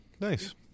Nice